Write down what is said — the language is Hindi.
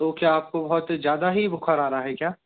तो क्या आपको बहुत ज्यादा ही बुखार आ रहा है क्या